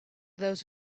those